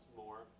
more